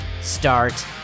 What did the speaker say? start